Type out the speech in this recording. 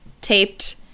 taped